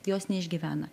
jos neišgyvena